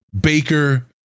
baker